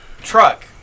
truck